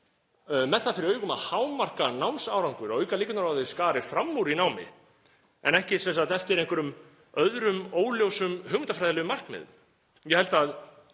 með það fyrir augum að hámarka námsárangur og auka líkurnar á að þeir skari fram úr í námi en ekki eftir einhverjum öðrum óljósum hugmyndafræðilegum markmiðum. Ég held að